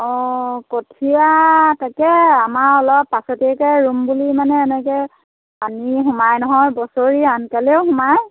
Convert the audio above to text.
অঁ কঠীয়া তাকে আমাৰ অলপ পাছতীয়াকৈ ৰুম বুলি মানে এনেকৈ পানী সোমায় নহয় বছৰি আনকালেও সোমায়